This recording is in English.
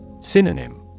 Synonym